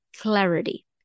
clarity